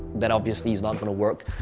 that obviously is not gonna work,